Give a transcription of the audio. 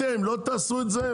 אתם לא תעשו את זה?